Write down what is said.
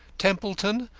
templeton,